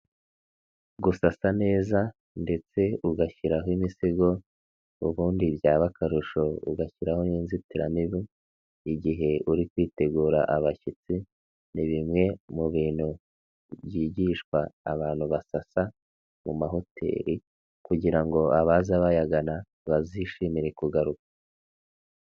Gusasa neza ndetse ugashyiraho imisigo, ubundi byaba akarusho ugashyiraho n'inzitiramibu, igihe uri kwitegura abashyitsi, ni bimwe mu bintu byigishwa abantu basasa mu mahoteli kugira ngo abaza bayagana bazishimire kugaruka.